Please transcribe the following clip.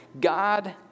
God